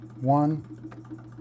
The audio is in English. one